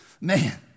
Man